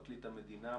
פרקליט המדינה,